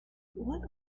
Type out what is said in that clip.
what